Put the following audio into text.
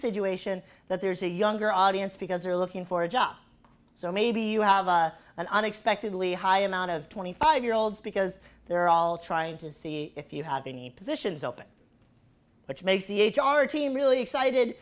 situation that there's a younger audience because they're looking for a job so maybe you have an unexpectedly high amount of twenty five year olds because they're all trying to see if you have a need positions open which makes each our team really excited